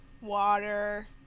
Water